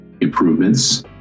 improvements